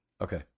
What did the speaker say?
Okay